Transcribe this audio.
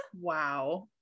wow